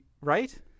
right